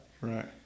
Right